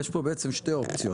יש פה בעצם שתי אופציות.